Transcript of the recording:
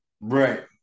Right